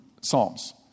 Psalms